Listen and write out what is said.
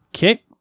Okay